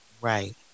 Right